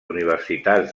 universitats